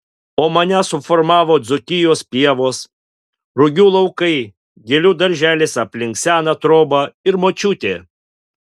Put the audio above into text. o mane suformavo dzūkijos pievos rugių laukai gėlių darželis aplink seną trobą ir močiutė